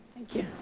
thank you.